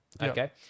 okay